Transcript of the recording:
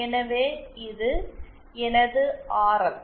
எனவே இது எனது ஆர்எல்